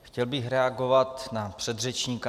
Chtěl bych reagovat na předřečníka.